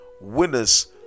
Winners